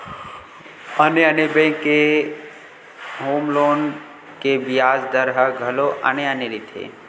आने आने बेंक के होम लोन के बियाज दर ह घलो आने आने रहिथे